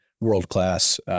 world-class